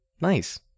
nice